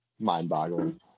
mind-boggling